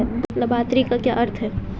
लाभार्थी का क्या अर्थ है?